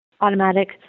automatic